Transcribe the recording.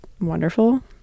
wonderful